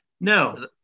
No